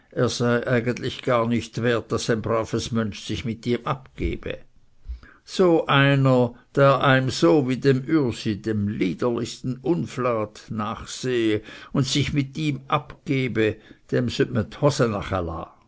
eigentlich gar nicht wert daß ein braves mönsch sich mit ihm abgebe so einer der so eim wie dem ürsi dem liederlichsten uflat nachsehe und sich mit ihm abgebe dem sött me